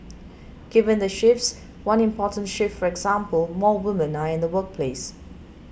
given the shifts one important shift for example more women are in the workforce